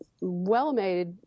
well-made